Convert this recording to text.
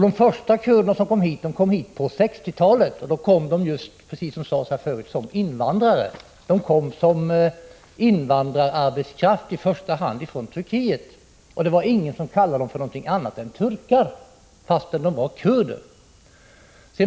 De första kurderna kom hit på 1960-talet, och då kom de, precis som sades här förut, som invandrararbetskraft, i första hand från Turkiet. Det var ingen som kallade dem för någonting annat än turkar, fast de var kurder.